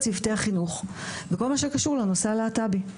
צוותי החינוך בכל מה שקשור לנושא הלהט"בי.